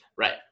right